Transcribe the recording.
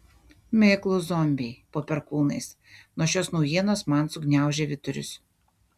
miklūs zombiai po perkūnais nuo šios naujienos man sugniaužė vidurius